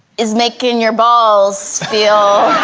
is making your balls feel